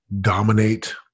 dominate